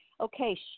Okay